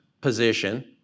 position